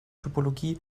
topologie